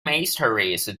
mysteries